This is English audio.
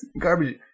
garbage